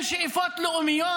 שאין שאיפות לאומיות,